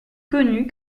connue